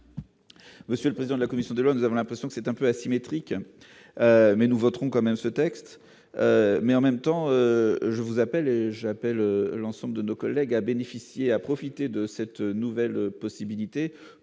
monsieur le président de la commission des lois, nous avons l'impression que c'est un peu asymétrique mais nous voterons quand même ce texte mais en même temps je vous appelle, j'appelle l'ensemble de nos collègues à bénéficier, à profiter de cette nouvelle possibilité